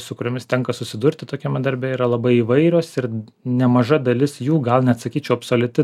su kuriomis tenka susidurti tokiame darbe yra labai įvairios ir nemaža dalis jų gal net sakyčiau absoliuti